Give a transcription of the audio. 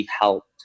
helped